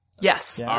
Yes